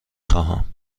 خواهم